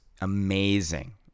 amazing